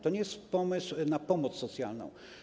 To nie jest pomysł na pomoc socjalną.